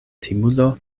timulo